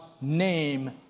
name